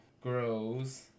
grows